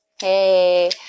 Hey